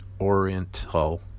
Oriental